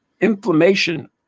inflammation